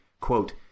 quote